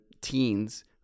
teens